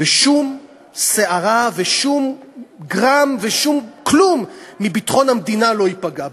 ושום שערה ושום גרם ושום כלום מביטחון המדינה לא ייפגעו.